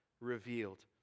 revealed